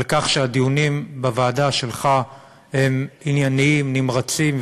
על כך שהדיונים בוועדה שלך הם ענייניים ונמרצים,